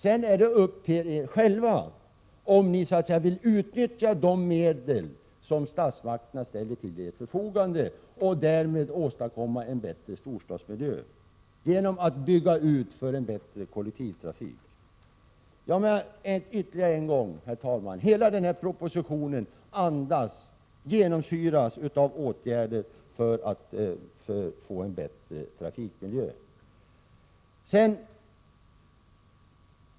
Sedan är det upp till er själva att avgöra om ni vill 19 maj 1988 utnyttja de medel som statsmakterna ställer till ert förfogande för att en bättre storstadsmiljö därmed skall kunna åstadkommas. Det handlar alltså om en utbyggnad, så att vi kan få en bättre kollektivtrafik. Herr talman! Ytterligare en gång: Hela propositionen genomsyras av förslag till åtgärder som syftar till att vi skall få en bättre trafikmiljö.